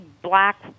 Black